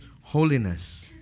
holiness